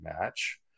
match